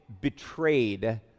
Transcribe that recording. betrayed